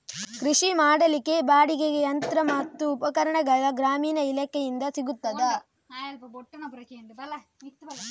ಕೃಷಿ ಮಾಡಲಿಕ್ಕೆ ಬಾಡಿಗೆಗೆ ಯಂತ್ರ ಮತ್ತು ಉಪಕರಣಗಳು ಗ್ರಾಮೀಣ ಇಲಾಖೆಯಿಂದ ಸಿಗುತ್ತದಾ?